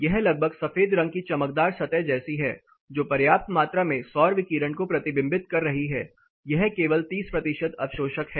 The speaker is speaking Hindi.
यह लगभग सफेद रंग की चमकदार सतह जैसी है जो पर्याप्त मात्रा में सौर विकिरण को प्रतिबिंबित कर रही है यह केवल 30 प्रतिशत अवशोषक है